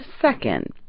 second